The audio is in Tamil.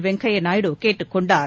வெங்கையா நாயுடு கேட்டுக் கொண்டார்